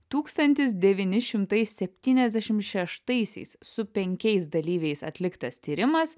tūkstantis devyni šimtai septyniasdešimt šeštaisiais su penkiais dalyviais atliktas tyrimas